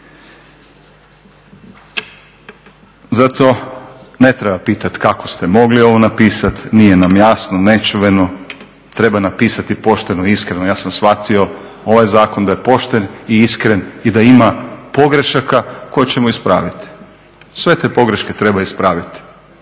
Zato ne treba pitati kako ste mogli ovo napisati, nije nam jasno, nečuveno, treba napisati pošteno i iskreno. Ja sam shvatio ovaj zakon da je pošten i iskren i da ima pogrešaka koje ćemo ispraviti. Sve te pogreške treba ispraviti.